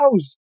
house